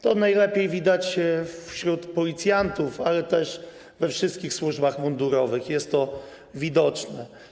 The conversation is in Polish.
To najlepiej widać wśród policjantów, ale też we wszystkich służbach mundurowych jest to widoczne.